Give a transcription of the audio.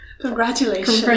Congratulations